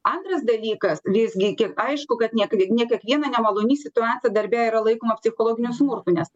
antras dalykas visgi kiek aišku kad ne k ne kiekviena nemaloni situacija darbe yra laikoma psichologiniu smurtu nes